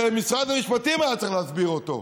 שמשרד המשפטים היה צריך להסביר אותו.